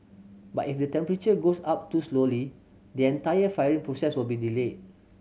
but if the temperature goes up too slowly the entire firing process will be delayed